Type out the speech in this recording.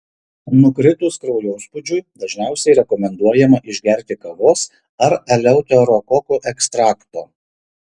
nukritus kraujospūdžiui dažniausiai rekomenduojama išgerti kavos ar eleuterokokų ekstrakto